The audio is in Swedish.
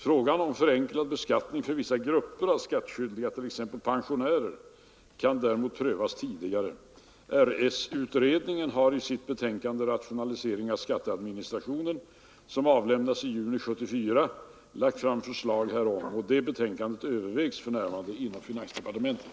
Frågan om förenklad beskattning för vissa grupper av skattskyldiga, t.ex. pensionärer, kan däremot prövas tidigare. RS-utredningen har i sitt betänkande Rationalisering av skatteadministration, som avlämnats i juli 1974, lagt fram förslag härom. Detta betänkande övervägs för närvarande inom finansdepartementet.